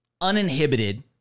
uninhibited